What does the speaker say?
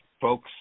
folks